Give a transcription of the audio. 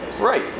Right